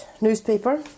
newspaper